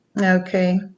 okay